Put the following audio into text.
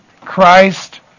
Christ